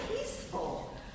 peaceful